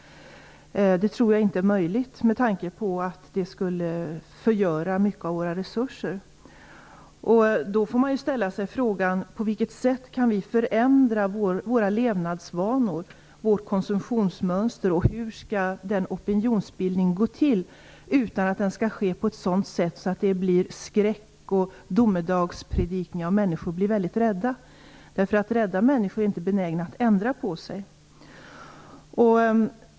Jag tror inte att detta är möjligt. Det skulle ju förgöra mycket av våra resurser. Då får man ställa sig frågan: På vilket sätt kan vi förändra våra levnadsvanor och vårt konsumtionsmönster, och hur skall den opinionsbildningen gå till utan att det sker på ett sådant sätt att det framkallar skräck och domedagspredikningar, så att människor blir väldigt rädda? Rädda människor är inte benägna att ändra på sig.